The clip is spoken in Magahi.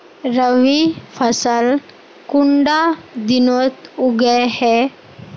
रवि फसल कुंडा दिनोत उगैहे?